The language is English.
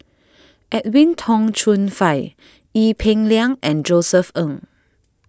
Edwin Tong Chun Fai Ee Peng Liang and Josef Ng